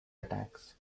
attacks